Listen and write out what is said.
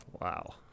Wow